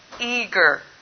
eager